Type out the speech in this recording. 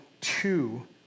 two